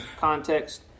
context